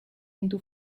into